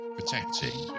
Protecting